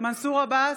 מנסור עבאס,